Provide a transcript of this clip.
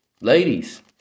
Ladies